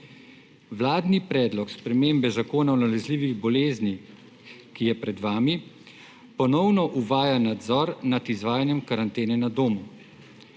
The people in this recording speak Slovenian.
Vladni predlog spremembe Zakona o nalezljivih bolezni, ki je pred vami, ponovno uvaja nadzor nad izvajanjem karantene na domu.